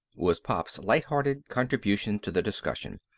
was pop's light-hearted contribution to the discussion.